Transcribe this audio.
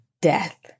death